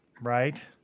Right